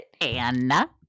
Anna